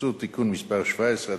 והאפוטרופסות (תיקון מס' 17),